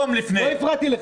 לא הפרעתי לך.